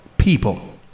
people